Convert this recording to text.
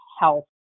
health